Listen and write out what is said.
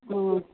ம்